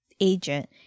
agent